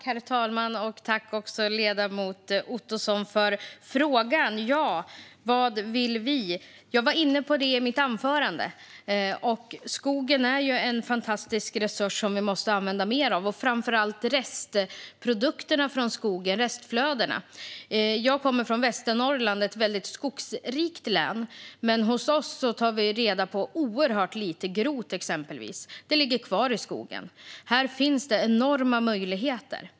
Herr talman! Jag tackar ledamoten Ottosson för frågorna. Vad vill vi? Jag var inne på det i mitt huvudanförande. Skogen är en fantastisk resurs som vi måste använda mer av. Det gäller framför allt restprodukterna från skogen och restflödena. Jag kommer från Västernorrland, ett väldigt skogsrikt län. Hos oss tar vi exempelvis reda på oerhört lite grot. Det ligger kvar i skogen. Här finns det enorma möjligheter.